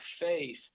faith